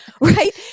right